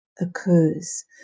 occurs